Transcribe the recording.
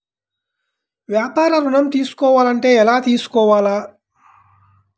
వ్యాపార ఋణం తీసుకోవాలంటే ఎలా తీసుకోవాలా?